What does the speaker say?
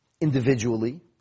individually